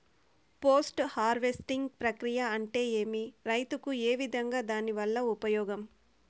Post harvesting ప్రక్రియ అంటే ఏమి? రైతుకు ఏ విధంగా దాని వల్ల ఉపయోగం?